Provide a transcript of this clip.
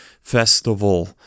festival